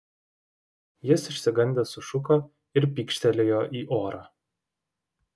jis išsigandęs sušuko ir pykštelėjo į orą